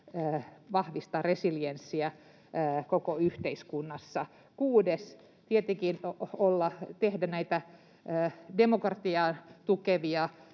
vahvistaa resilienssiä koko yhteiskunnassa. Kuudes: tietenkin tehdä tätä demokratiaa tukevaa